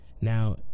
now